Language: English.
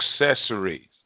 accessories